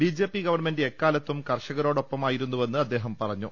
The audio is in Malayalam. ബി ജെ പി ഗവൺമെന്റ് എക്കാലത്തും കർഷകരോടൊപ്പമായിരുന്നുവെന്ന് അദ്ദേഹം പറഞ്ഞു